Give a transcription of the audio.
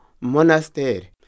monastery